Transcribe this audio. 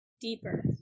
deeper